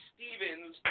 Stevens